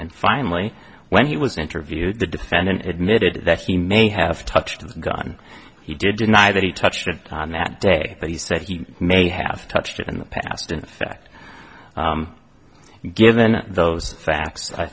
and finally when he was interviewed the defendant admitted that he may have touched the gun he did deny that he touched it that day but he said he may have touched it in the past in fact given those facts i